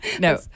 No